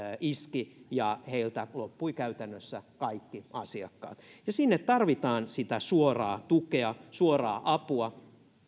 iski ja heiltä loppui käytännössä kaikki asiakkaat sinne tarvitaan sitä suoraa tukea suoraa apua